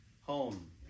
home